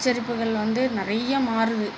உச்சரிப்புகள் வந்து நிறைய மாறுது